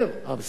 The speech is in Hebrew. אה, בסדר.